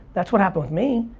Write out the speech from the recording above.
that's what happened with me.